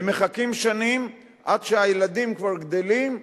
הן מחכות שנים עד שהילדים כבר גדלים,